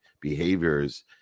behaviors